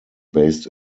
based